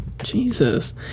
Jesus